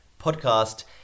podcast